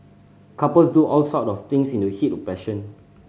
couples do all sort of things in the heat of passion